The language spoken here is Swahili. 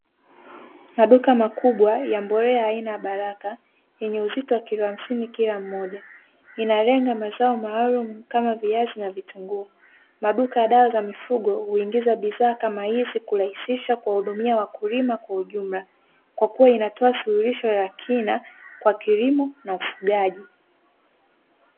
Maduka makubwa ya mbolea aina ya Baraka, yenye uzito wa kilo hamsini kila mmoja, inalenga mazao maalumu kama viazi na vitunguu. Maduka ya dawa za mifugo huingiza bidhaa kama hizi kurahisisha kuhudumia wakulima kwa ujumla, kwa kuwa inatoa suluhisho la kina kwa kilimo na ufugaji.